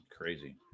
crazy